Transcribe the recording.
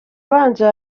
ubanza